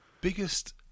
Biggest